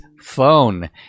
phone